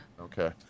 okay